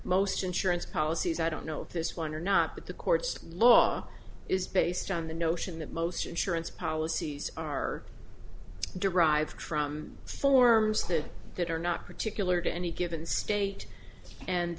most insurance policies i don't know if this one or not but the court's law is based on the notion that most insurance policies are derived from forms that that are not particular to any given state and